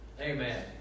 Amen